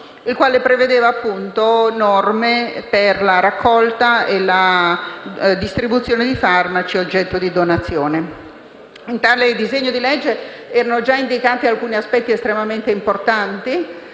connesso contenente norme per la raccolta e la distribuzione di farmaci oggetto di donazione. In tale disegno di legge erano già indicati alcuni aspetti estremamente importanti,